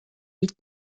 les